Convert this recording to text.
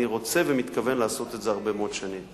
אני רוצה ומתכוון לעשות את זה הרבה מאוד שנים.